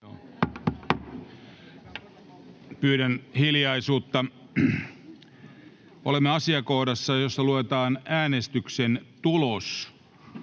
Pyydän hiljaisuutta. — Olemme asiakohdassa, jossa luetaan äänestyksen tulos,